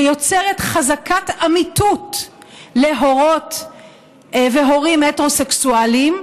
ויוצרת חזקת אמיתות להורות והורים הטרוסקסואלים,